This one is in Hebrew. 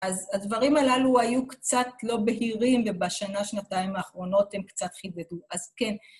אז הדברים הללו היו קצת לא בהירים ובשנה, שנתיים האחרונות הם קצת חידדו, אז כן.